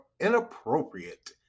inappropriate